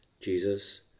Jesus